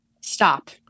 stop